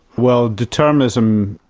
well determinism,